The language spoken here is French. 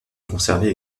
conservé